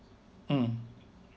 mm